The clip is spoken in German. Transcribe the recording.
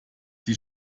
sie